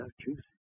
truth